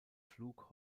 flug